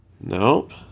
Nope